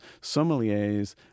sommeliers